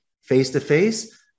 Face-to-face